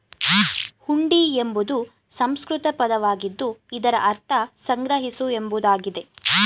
ಹುಂಡಿ ಎಂಬುದು ಸಂಸ್ಕೃತ ಪದವಾಗಿದ್ದು ಇದರ ಅರ್ಥ ಸಂಗ್ರಹಿಸು ಎಂಬುದಾಗಿದೆ